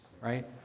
right